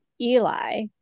eli